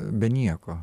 be nieko